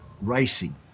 racing